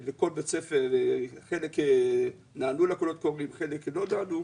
כאשר חלק נענו לקולות הקוראים וחלק לא נענו,